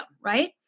right